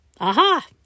Aha